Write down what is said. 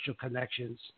connections